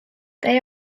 they